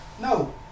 No